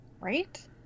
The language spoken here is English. Right